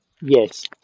Yes